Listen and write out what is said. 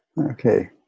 okay